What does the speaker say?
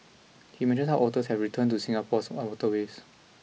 he mentions how otters have returned to Singapore's waterways